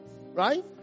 right